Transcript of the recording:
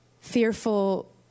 fearful